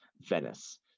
Venice